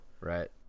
Right